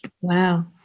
Wow